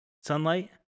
sunlight